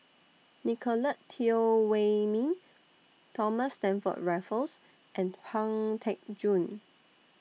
Nicolette Teo Wei Min Thomas Stamford Raffles and Pang Teck Joon